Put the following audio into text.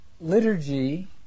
liturgy